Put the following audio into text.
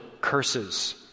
curses